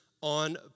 on